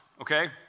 okay